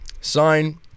Sign